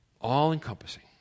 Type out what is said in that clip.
All-encompassing